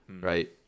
right